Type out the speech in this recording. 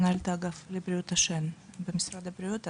מנהלת האגף לבריאות השן במשרד הבריאות.